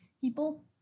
people